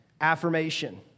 affirmation